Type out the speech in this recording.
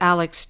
Alex